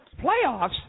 Playoffs